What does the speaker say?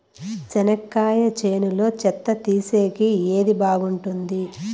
చెనక్కాయ చేనులో చెత్త తీసేకి ఏది బాగుంటుంది?